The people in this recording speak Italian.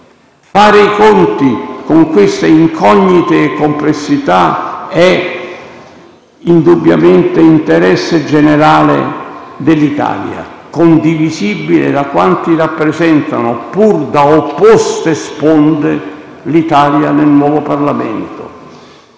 Fare i conti con queste incognite e complessità è indubbiamente interesse generale dell'Italia, condivisibile da quanti rappresentano, pur da opposte sponde, l'Italia nel nuovo Parlamento.